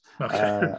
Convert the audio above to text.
Okay